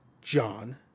John